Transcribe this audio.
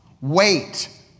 Wait